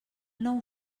nou